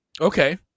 Okay